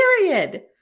period